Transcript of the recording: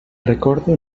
recordo